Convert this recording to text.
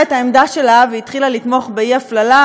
את העמדה שלה והתחילה לתמוך באי-הפללה,